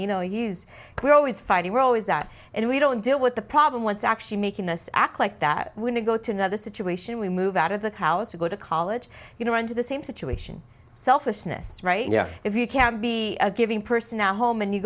you know he's we're always fighting we're always that and we don't deal with the problem what's actually making this act like that when to go to another situation we move out of the house to go to college you know into the same situation selfishness right you know if you can be a giving person at home and you